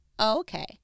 okay